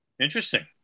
Interesting